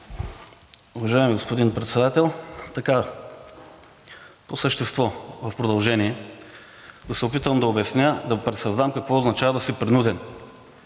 Уважаеми господин Председател, по същество в продължение да се опитам да обясня, да пресъздам какво означава да си принуден.